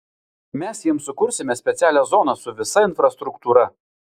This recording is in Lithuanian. mes jiems sukursime specialią zoną su visa infrastruktūra